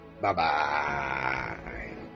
Bye-bye